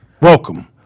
Welcome